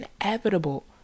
inevitable